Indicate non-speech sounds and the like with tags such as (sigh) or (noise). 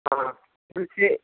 हाँ (unintelligible)